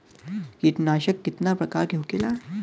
कीटनाशक कितना प्रकार के होखेला?